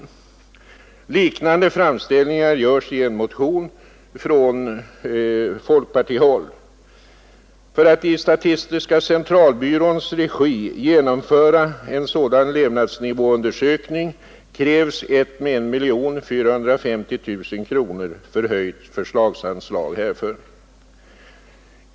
Liknande framställningar har gjorts i en motion från folkpartihåll. För att i statistiska centralbyråns regi genomföra en sådan levnadsnivåundersökning krävs ett med 1 450 000 kronor förhöjt förslagsanslag härför.